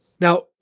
Now